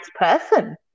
person